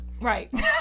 Right